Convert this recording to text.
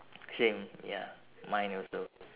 same ya mine also